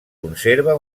conserva